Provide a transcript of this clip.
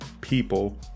people